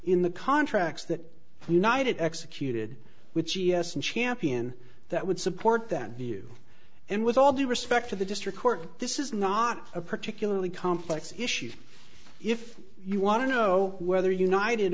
in the contracts that united executed with g s and champion that would support that view and with all due respect to the district court this is not a particularly complex issue if you want to know whether united